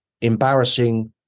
embarrassing